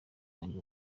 wanjye